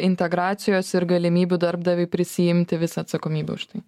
integracijos ir galimybių darbdaviui prisiimti visą atsakomybę už tai